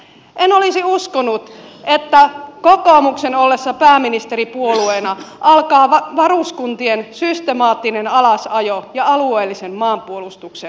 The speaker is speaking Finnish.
en olisi uskonut että kokoomuksen ollessa pääministeripuolueena alkaa varuskuntien systemaattinen alasajo ja alueellisen maanpuolustuksen alasajo